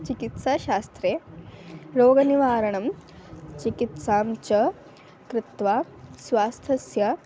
चिकित्साशास्त्रे रोगनिवारणं चिकित्सां च कृत्वा स्वास्थस्य